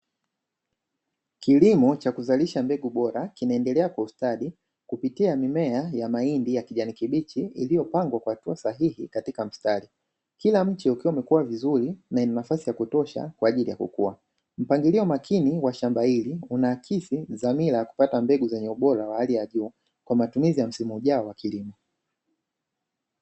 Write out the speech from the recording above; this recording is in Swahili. Kilimo cha kuzalisha mbegu bora, kinaendelea kwa ustadi kupitia mimea ya mahindi ya kijani kibichi iliyopangwa kwa hatua sahihi katika mistari. Kila mche ukiwa umekua vizuri na ina nafasi ya kutosha kwa ajili ya kukua. Mpangilio makini wa shamba hili, unaakisi dhamira ya kupata mbegu zenye ubora wa hali ya juu kwa matumizi ya msimu ujao wa kilimo.